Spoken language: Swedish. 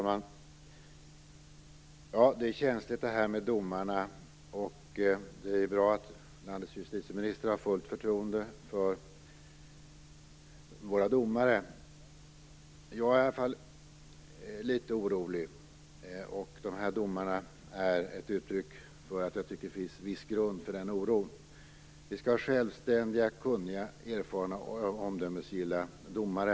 Fru talman! Det är känsligt detta med domarna, och det är bra att landets justitieminister har fullt förtroende för våra domare. Jag är i alla fall litet orolig. Jag tycker att dessa domar är ett uttryck för att det finns viss grund för oron. Vi skall ha självständiga, kunniga, erfarna och omdömesgilla domare.